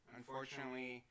unfortunately